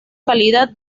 calidad